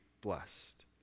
blessed